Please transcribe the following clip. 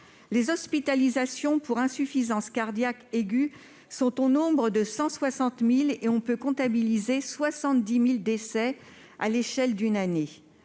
Les hospitalisations pour insuffisance cardiaque aiguë sont au nombre de 160 000 et on peut comptabiliser 70 000 décès à l'échelle d'une année.